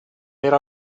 era